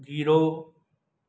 zero